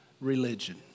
religion